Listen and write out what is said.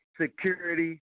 Security